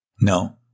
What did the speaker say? No